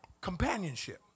Companionship